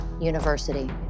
University